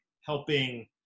helping